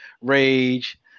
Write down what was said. rage